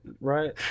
Right